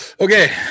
Okay